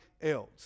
else